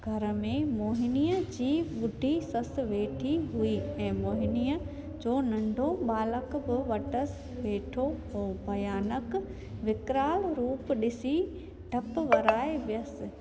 घर में मोहिनीअ जी बुढी ससु वेठी हुई ऐं मोहिनीअ जो नंढो बालक बि वटसि वेठो हुओ भयानक विकराल रूप ॾिसी डपु वराए वियसि